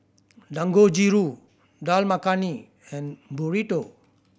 Dangojiru Dal Makhani and Burrito